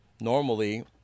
normally